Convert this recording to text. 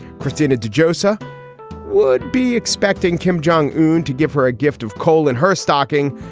cristina de jozo would be expecting kim jong un to give her a gift of coal in her stocking.